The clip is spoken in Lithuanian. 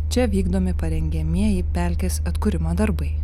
čia vykdomi parengiamieji pelkės atkūrimo darbai